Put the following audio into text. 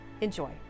Enjoy